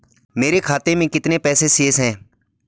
मेरे खाते में कितने पैसे शेष हैं?